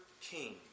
king